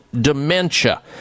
dementia